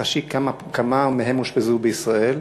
נחשי כמה מהם אושפזו בישראל?